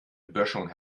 böschung